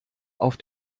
auf